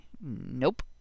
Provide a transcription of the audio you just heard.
Nope